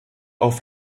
auf